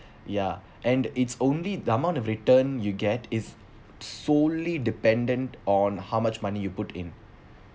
ya and it's only the amount of return you get is solely dependent on how much money you put in